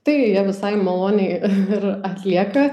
tai jie visai maloniai ir atlieka